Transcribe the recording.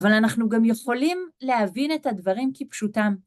אבל אנחנו גם יכולים להבין את הדברים כפשוטם.